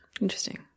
interesting